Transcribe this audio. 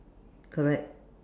correct